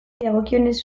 dagokionez